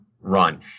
run